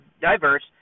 diverse